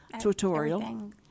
tutorial